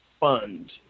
fund